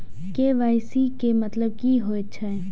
KYC के मतलब कि होई छै?